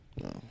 No